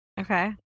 Okay